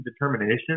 determination